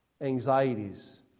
anxieties